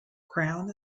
crown